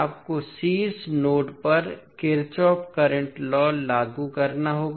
आपको शीर्ष नोड पर किरचॉफ करंट लॉ लागू करना होगा